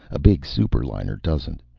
a big superliner doesn't.